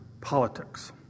politics